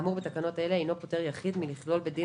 תשלומים כהכנסה 6. האמור בתקנות אלה אינו פוטר יחיד מלכלול בדין